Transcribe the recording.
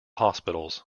hospitals